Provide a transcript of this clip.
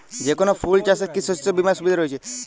যেকোন ফুল চাষে কি শস্য বিমার সুবিধা থাকে?